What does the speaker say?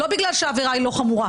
לא בגלל שהעבירה היא לא חמורה.